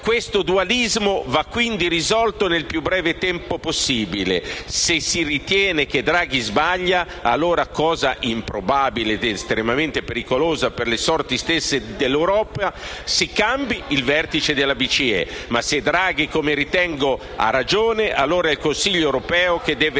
Questo dualismo va quindi risolto nel più breve tempo possibile. Se si ritiene che Draghi sbaglia, allora - cosa improbabile e estremamente pericolosa per le sorti stesse dell'Europa - si cambi il vertice della BCE. Se però Draghi, come ritengo, ha ragione, allora è il Consiglio europeo che deva